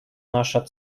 наша